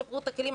שברו את הכלים,